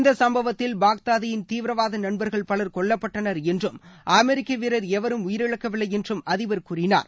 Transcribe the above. இந்த சம்பவத்தில் பாக்தாதியின் தீவிரவாத நண்பர்கள் பலர் கொல்லப்பட்டனர் என்றும் அமெரிக்க வீரர் எவரும் உயிரிழக்கவில்லை என்றும் அதிபர் கூறினார்